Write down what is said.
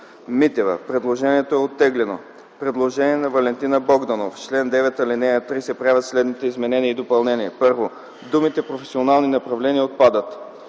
Калнева-Митева. Предложението е оттеглено. Предложение на Валентина Богданова: „В чл. 9, ал. 3 се правят следните изменения и допълнения: 1. думите „професионални направления” отпадат;